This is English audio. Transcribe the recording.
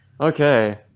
Okay